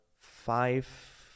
five